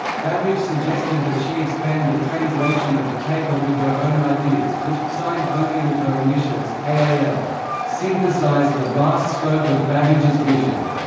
babbage suggested that she expand the translation of the paper with her own ideas, which, signed only with her initials, ah aal, synthesized the vast scope of babbage's vision.